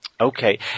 okay